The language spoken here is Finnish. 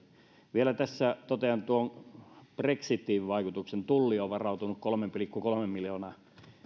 vielä tässä totean tuon brexitin vaikutuksen tulli on varautunut kolmen pilkku kolmen miljoonan